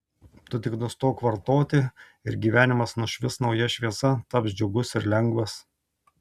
tu tik nustok vartoti ir gyvenimas nušvis nauja šviesa taps džiugus ir lengvas